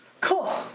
Cool